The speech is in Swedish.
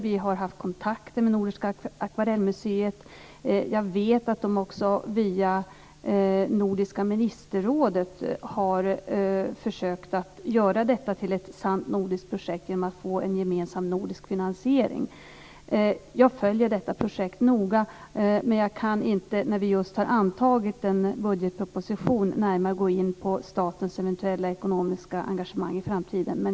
Vi har haft kontakter med Nordiska Akvarellmuseet. Jag vet att de också via Nordiska ministerrådet har försökt att göra detta till ett sant nordiskt projekt genom att få en gemensam nordisk finansiering. Jag följer detta projekt noga, men jag kan inte när vi just har antagit en budgetproposition närmare gå in på statens eventuella ekonomiska engagemang i framtiden.